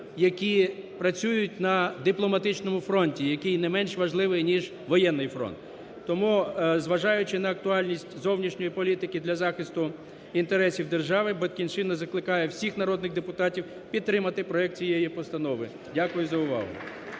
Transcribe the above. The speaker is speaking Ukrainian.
які працюють на дипломатичному фронті, який не менш важливий, ніж воєнний фронт. Тому, зважаючи на актуальність зовнішньої політики для захисту інтересів держави, "Батьківщина" закликає всіх народних депутатів підтримати проект цієї постанови. Дякую за увагу.